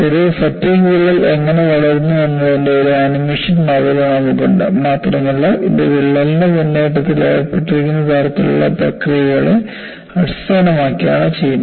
ഒരു ഫാറ്റിഗ് വിള്ളൽ എങ്ങനെ വളരുന്നു എന്നതിന്റെ ഒരു ആനിമേഷൻ മാതൃക നമുക്കുണ്ട് മാത്രമല്ല ഇത് വിള്ളലിന്റെ മുന്നേറ്റത്തിൽ ഏർപ്പെട്ടിരിക്കുന്ന തരത്തിലുള്ള പ്രക്രിയകളെ അടിസ്ഥാനമാക്കിയാണ് ചെയ്യുന്നത്